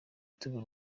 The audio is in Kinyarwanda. tigo